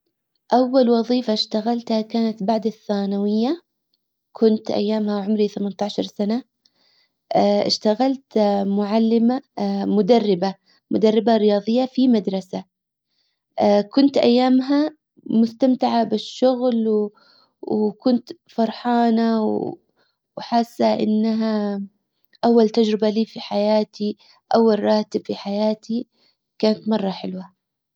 اول وظيفة اشتغلتها كانت بعد الثانوية كنت ايامها عمري ثمانية عشر سنة اشتغلت معلمة مدربة مدربة رياضية في مدرسة كنت ايامها مستمتعة بالشغل وكنت فرحانة وحاسة انها اول تجربة لي في حياتي اول راتب في حياتي كانت مرة حلوة.